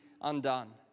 undone